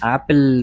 Apple